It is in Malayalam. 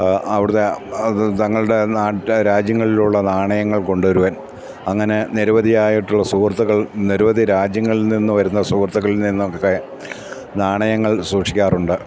അവിടുത്തെ അത് തങ്ങളുടെ രാജ്യങ്ങളിലുള്ള നാണയങ്ങൾ കൊണ്ടുവരുവാൻ അങ്ങനെ നിരവധിയായിട്ടുള്ള സുഹൃത്തുക്കൾ നിരവധി രാജ്യങ്ങളിൽ നിന്ന് വരുന്ന സുഹൃത്തക്കളിൽ നിന്നൊക്കെ നാണയങ്ങൾ സൂക്ഷിക്കാറുണ്ട്